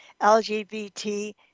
LGBT